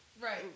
Right